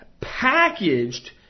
packaged